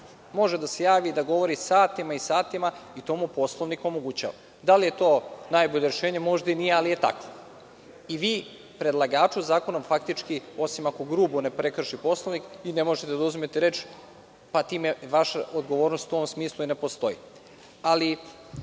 Može da se javi, da govori satima i satima i to mu Poslovnik omogućava. Da li je to najbolje rešenje? Možda i nije, ali je tako. Vi predlagaču zakonom faktički, osim ako grubo ne prekrši Poslovnik, ne možete da oduzmete reč, pa time vaša odgovornost u tom smislu ne postoji. Isto